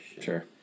Sure